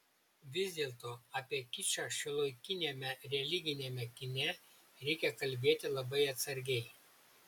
vis dėlto apie kičą šiuolaikiniame religiniame kine reikia kalbėti labai atsargiai